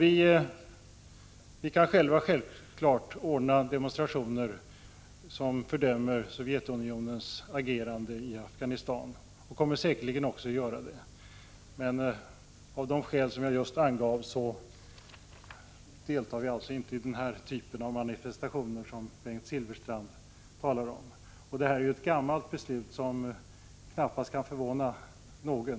Vi kan givetvis själva ordna demonstrationer där Sovjetunionens agerande i Afghanistan fördöms — och kommer säkerligen också att göra det. Av de skäl som jag just angav deltar vi dock inte i den typ av manifestationer som Bengt Silfverstrand talade om. Detta är ett gammalt beslut, som knappast kan förvåna någon.